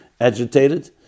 agitated